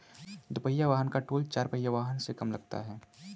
दुपहिया वाहन का टोल चार पहिया वाहन से कम लगता है